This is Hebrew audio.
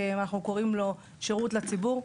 אנחנו קוראים לו שירות לציבור.